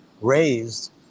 raised